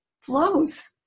flows